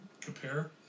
compare